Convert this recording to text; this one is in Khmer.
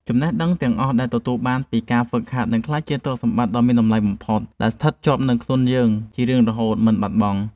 ចំណេះដឹងទាំងអស់ដែលទទួលបានពីការហ្វឹកហាត់នឹងក្លាយជាទ្រព្យសម្បត្តិដ៏មានតម្លៃបំផុតដែលស្ថិតនៅជាប់នឹងខ្លួនយើងជារៀងរហូតមិនបាត់បង់។